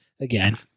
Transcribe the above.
again